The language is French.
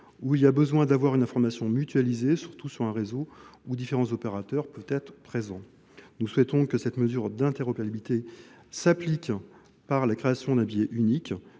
où il y a besoin d'avoir une information mutualisée surtout sur un réseau où différents opérateurs peuvent être présents. présent. Nous souhaitons que cette mesure d'interopérabilité s'applique par la création d'un billet unique.